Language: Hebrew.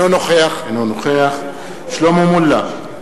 אינו נוכח שלמה מולה,